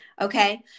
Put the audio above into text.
Okay